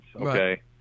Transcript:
okay